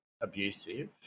abusive